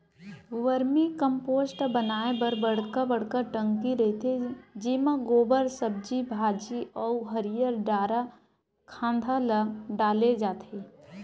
vermi compost बनाए बर बड़का बड़का टंकी रहिथे जेमा गोबर, सब्जी भाजी अउ हरियर डारा खांधा ल डाले जाथे